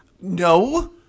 No